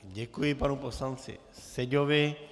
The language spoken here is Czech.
Děkuji panu poslanci Seďovi.